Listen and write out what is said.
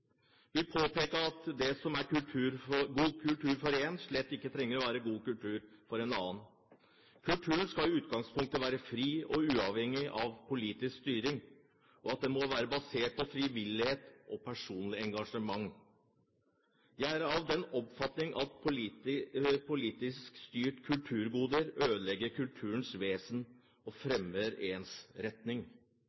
påpeke at det som er god kultur for én, slett ikke trenger å være god kultur for en annen. Kulturen skal i utgangspunktet være fri og uavhengig av politisk styring, og den må være basert på frivillighet og personlig engasjement. Jeg er av den oppfatning at politisk styrte kulturgoder ødelegger kulturens vesen og